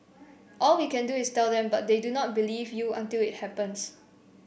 all we can do is tell them but they do not believe you until it happens